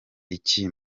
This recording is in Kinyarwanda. iki